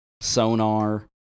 Sonar